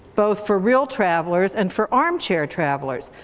both for real travelers and for armchair travelers,